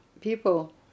people